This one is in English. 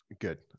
Good